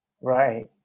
Right